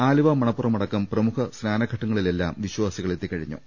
ആലുവ മണപ്പുറം അടക്കം പ്രമുഖ സ്നാനഘട്ടങ്ങളി ലെല്ലാം വിശ്വാസികൾ എത്തിക്കഴിഞ്ഞു